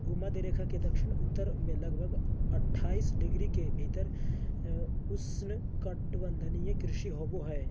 भूमध्य रेखा के दक्षिण उत्तर में लगभग अट्ठाईस डिग्री के भीतर उष्णकटिबंधीय कृषि होबो हइ